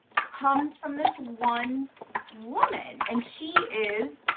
comes from this one woman, and she is,